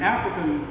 African